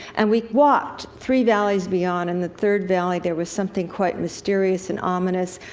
and we walked three valleys beyond, and the third valley, there was something quite mysterious and ominous,